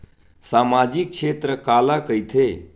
सामजिक क्षेत्र काला कइथे?